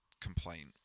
complaint